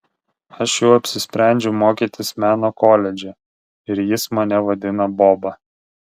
aš jau apsisprendžiau mokytis meno koledže ir jis mane vadina boba